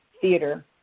theater